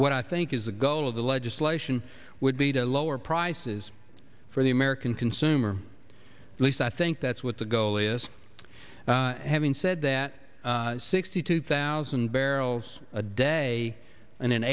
what i think is the goal of the legislation would be to lower prices for the american consumer at least i think that's what the goal is having said that sixty two thousand barrels a day and